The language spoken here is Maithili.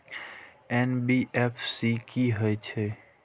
एन.बी.एफ.सी की हे छे?